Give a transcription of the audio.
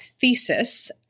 thesis